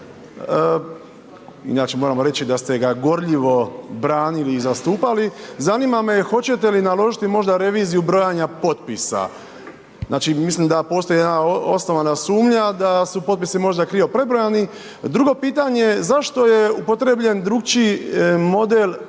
inače moramo reći da ste ga gorljivo branili i zastupali, zanima me hoćete li naložiti možda reviziju brojanja potpisa? Znači mislim da postoji jedna osnovana sumnja da su potpisi možda krivo prebrojani. Drugo pitanje, zašto je upotrebljen drukčiji model brojanja